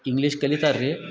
English ಕಲಿತಾರ್ರೀ